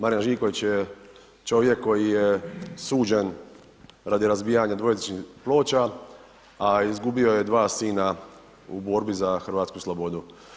Marijan Živković je čovjek koji je suđen radi razbijanja dvojezičnih ploča, a izgubio je dva sina u borbi za hrvatsku slobodu.